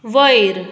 वयर